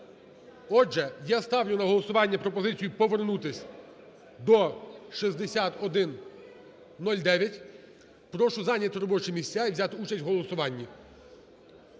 Отже, я ставлю на голосування пропозицію повернутись до 6109. Прошу зайняти робочі місця і взяти участь в голосуванні.